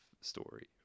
story